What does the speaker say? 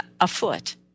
afoot